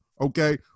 okay